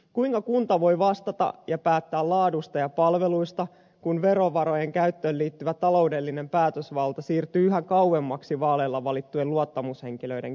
kuinka kunta voi vastata ja päättää laadusta ja palveluista kun verovarojen käyttöön liittyvä taloudellinen päätösvalta siirtyy yhä kauemmaksi vaaleilla valittujen luottamushenkilöiden käsistä